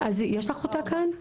יש לך אותה כאן?